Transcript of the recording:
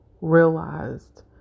realized